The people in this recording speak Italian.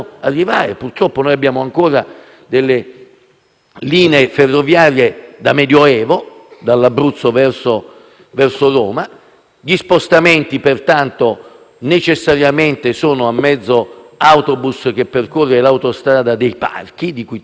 linee ferroviarie da Medioevo. Gli spostamenti pertanto necessariamente sono a mezzo autobus, che percorre l'Autostrada dei Parchi, di cui tanto si è parlato ultimamente. Avendo